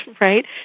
right